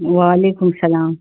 و علیکم سلام